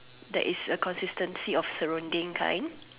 that is a consistency of surrounding kind